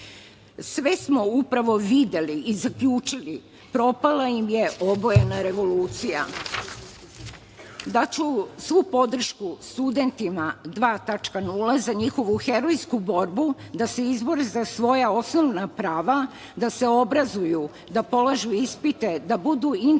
Sve smo upravo videli i zaključili, propala im je obojena revolucija. Daću svu podršku studentima 2.0 za njihovu herojsku borbu da se izbore za svoja osnovna prava da se obrazuju, da polažu ispite, da budu intelektualna